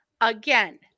Again